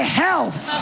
health